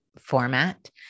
format